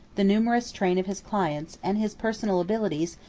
the numerous train of his clients, and his personal abilities,